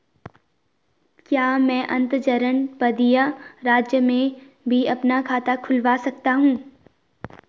क्या मैं अंतर्जनपदीय राज्य में भी अपना खाता खुलवा सकता हूँ?